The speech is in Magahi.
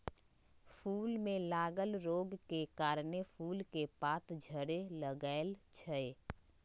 फूल में लागल रोग के कारणे फूल के पात झरे लगैए छइ